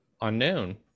unknown